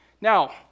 Now